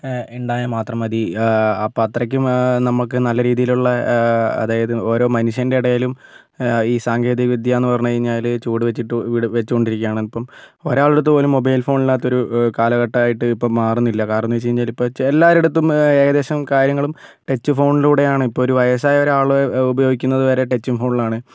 ഇണ്ടായാൽ മാത്രം മതി അപ്പം അത്രയ്ക്കും നമുക്ക് നല്ല രീതിയിലുള്ള അതായത് ഓരോ മനുഷ്യൻ്റെ ഇടയിലും ഈ സാങ്കേതിക വിദ്യയെന്ന് പറഞ്ഞു കഴിഞ്ഞാൽ ചുവട് വെച്ചിട്ട് വെച്ചു കൊണ്ടിരിക്കുകയാണ് ഇപ്പം ഒരാളുടെയടുത്തുപോലും മൊബൈൽ ഫോൺ ഇല്ലാത്തൊരു കാലഘട്ടമായിട്ട് ഇപ്പോൾ മാറുന്നില്ല കാരണമെന്ന് വെച്ച് കഴിഞ്ഞാൽ ഇപ്പോൾ എല്ലാവരുടെ അടുത്തും ഇപ്പോൾ ഏകദേശം കാര്യങ്ങളും ടച്ച് ഫോണിലൂടെ ആണ് ഇപ്പോൾ ഒരു വയസ്സായ ആൾ ഉപയോഗിക്കുന്നത് വരെ ടച്ച് ഫോണിലാണ്